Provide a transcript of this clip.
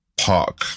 park